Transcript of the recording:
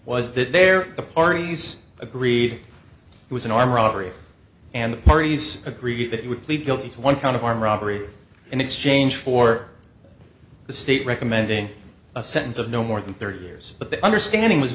was that there the parties agreed it was an armed robbery and the parties agreed that it would plead guilty to one count of armed robbery in exchange for the state recommending a sentence of no more than thirty years but the understanding was